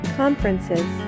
conferences